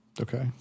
Okay